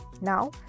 Now